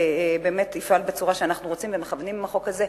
באמת יפעלו בצורה שאנחנו רוצים ומכוונים עם החוק הזה.